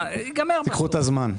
קחו את הזמן.